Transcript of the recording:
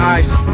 ice